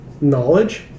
knowledge